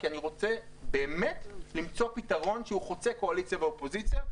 כי אני רוצה באמת למצוא פתרון שהוא חוצה קואליציה ואופוזיציה.